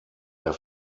der